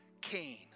Cain